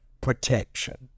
protection